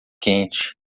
quente